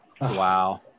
Wow